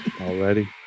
already